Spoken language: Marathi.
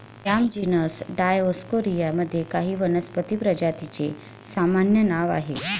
याम जीनस डायओस्कोरिया मध्ये काही वनस्पती प्रजातींचे सामान्य नाव आहे